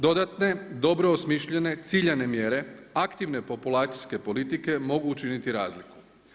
Dodatne, dobro osmišljene ciljana mjere, aktivne populacijske politike mogu učiniti razliku.